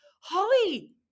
holly